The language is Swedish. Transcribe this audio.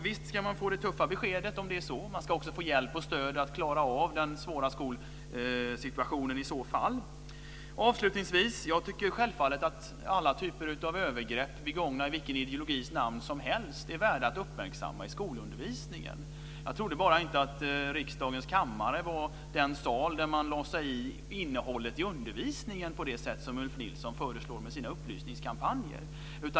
Visst ska man få det tuffa beskedet om det är så. Man ska i så fall också få hjälp och stöd att klara av den svåra skolsituationen. Avslutningsvis tycker jag självfallet att alla typer av övergrepp begångna i vilken ideologis namn som helst är värda att uppmärksamma i skolundervisningen. Jag trodde bara inte att riksdagens kammare var den sal där man lade sig i innehållet i undervisningen på det sätt som Ulf Nilsson föreslår med sina upplysningskampanjer.